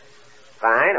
Fine